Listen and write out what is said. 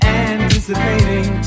anticipating